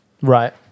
Right